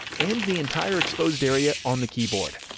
and the entire exposed area on the keyboard.